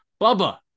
Bubba